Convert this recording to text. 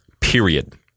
period